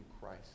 Christ